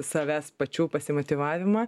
savęs pačių pasimotyvavimą